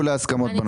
אנחנו